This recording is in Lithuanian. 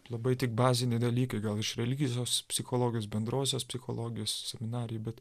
labai tik baziniai dalykai gal iš religijos psichologijos bendrosios psichologijos seminarai bet